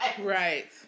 Right